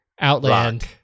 Outland